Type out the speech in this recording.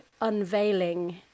unveiling